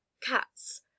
Cats